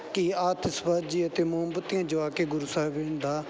ਕਈ ਆਤਿਸ਼ਬਾਜ਼ੀ ਅਤੇ ਮੋਮਬੱਤੀਆਂ ਜਗਾ ਕੇ ਗੁਰੂ ਸਾਹਿਬ ਦਾ